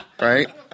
right